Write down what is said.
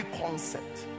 concept